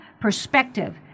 perspective